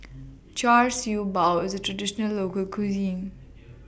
Char Siew Bao IS A Traditional Local Cuisine